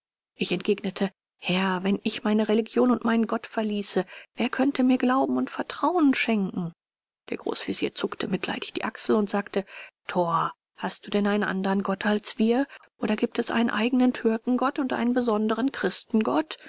ich entgegnete herr wenn ich meine religion und meinen gott verließe wer könnte mir glauben und vertrauen schenken der großvezier zuckte mitleidig die achsel und sagte thor hast du denn einen andern gott als wir oder giebt es einen eigenen türkengott und einen besonderen christengott